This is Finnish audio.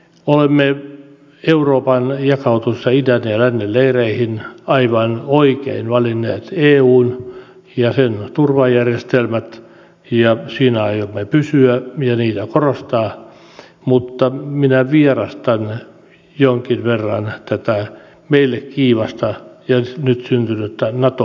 olemme euroopan jakautuessa idän ja lännen leireihin aivan oikein valinneet eun ja sen turvajärjestelmät ja siinä aiomme pysyä ja niitä korostaa mutta minä vierastan jonkin verran tätä meillä kiivasta ja nyt syntynyttä nato keskustelua